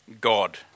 God